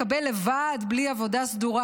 לקבל לבד בלי עבודה סדורה.